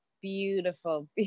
beautiful